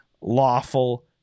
lawful